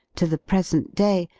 to the present day,